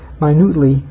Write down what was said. minutely